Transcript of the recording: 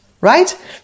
right